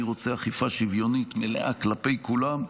אני רוצה אכיפה שוויונית מלאה כלפי כולם.